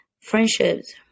friendships